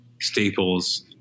Staples